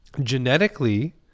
genetically